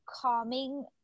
calming